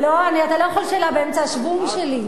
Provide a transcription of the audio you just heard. לא, אתה לא יכול שאלה באמצע השוונג שלי.